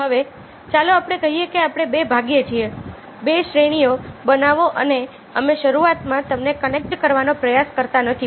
હવે ચાલો કહીએ કે આપણે બે ભાગીએ છીએ બે શ્રેણીઓ બનાવો અને અમે શરૂઆતમાં તેમને કનેક્ટ કરવાનો પ્રયાસ કરતા નથી